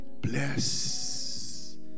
Bless